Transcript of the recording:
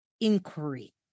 inquiry